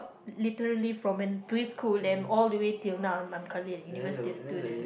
literally from in preschool and all the way till now I'm I'm currently a University student